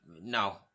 no